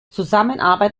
zusammenarbeit